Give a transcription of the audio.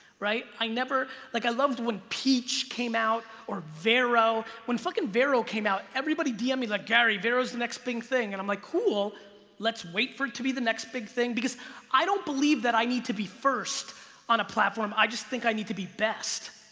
right? i never like i loved when peach came out or vero when fuckin vero came out everybody dm e like gary vee rose the next big thing and i'm like cool let's wait for it to be the next big thing because i don't believe that i need to be first on a platform i just think i need to be best.